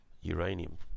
uranium